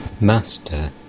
Master